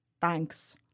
Thanks